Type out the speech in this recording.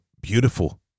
beautiful